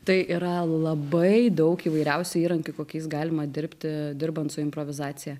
tai yra labai daug įvairiausių įrankių kokiais galima dirbti dirbant su improvizacija